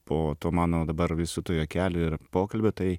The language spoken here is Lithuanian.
po to mano dabar visų tų juokelių ir pokalbio tai